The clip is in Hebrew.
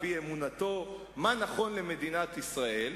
על-פי אמונתו מה נכון למדינת ישראל,